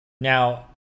now